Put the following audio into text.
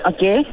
Okay